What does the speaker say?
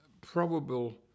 probable